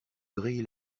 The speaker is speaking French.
brille